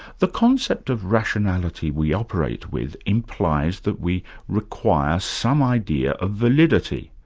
the concept of rationality we operate with implies that we require some idea of validity.